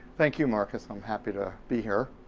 thank you, marcus. i'm happy to be here.